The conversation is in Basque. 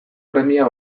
premia